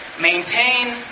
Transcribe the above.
maintain